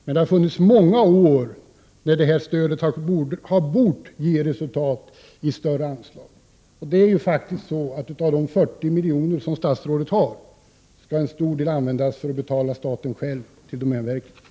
Men det har funnits många år då detta stöd borde ha resulterat i större anslag. Av de 40 miljoner som statsrådet har skall en stor del användas för betalning till staten själv, dvs. domänverket.